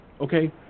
Okay